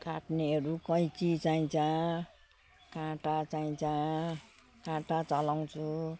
काट्नेहरू कैँची चाहिन्छ काँटा चाहिन्छ काँटा चलाउँछु